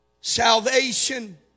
salvation